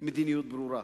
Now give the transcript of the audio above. מדיניות ברורה.